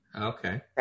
Okay